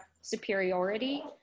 superiority